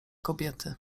kobiety